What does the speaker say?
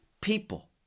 people